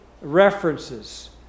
references